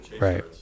Right